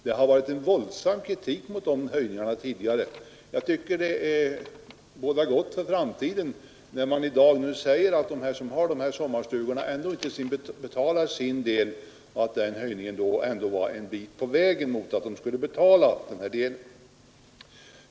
Det har tidigare förekommit våldsam kritik mot de höjningarna, och jag tycker det bådar gott för framtiden när man i dag säger att de som har sommarstugor inte betalar sin andel av kommunens kostnader. Den höjningen var ändå en bit på vägen mot att betala en rättmätig del.